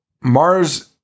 Mars